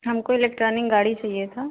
हमको इलेक्ट्रॉनिक गाड़ी चाहिए था